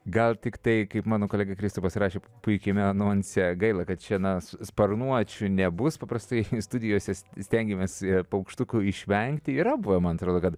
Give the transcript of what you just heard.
gal tiktai kaip mano kolega kristupas rašė puikiame anonse gaila kad čia na sparnuočių nebus paprastai studijose stengiamės paukštukų išvengti yra buvę man atrodo kad